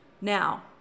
Now